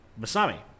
Masami